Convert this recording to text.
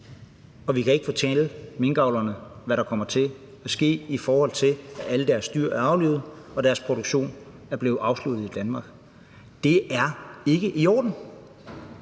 og vi kan ikke fortælle minkavlerne, hvad der kommer til at ske, i forhold til at alle deres dyr er aflivet og deres produktion er blevet afsluttet i Danmark. Det er ikke i orden.